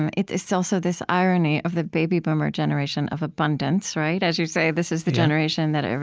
and it's it's also this irony of the baby-boomer generation of abundance, right? as you say, this is the generation that, ah